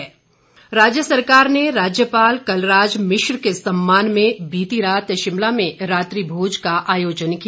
रात्रि भोज राज्य सरकार ने राज्यपाल कलराज मिश्र के सम्मान में बीती रात शिमला में रात्रि भोज का आयोजन किया